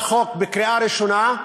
חוק לקריאה ראשונה,